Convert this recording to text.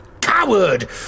coward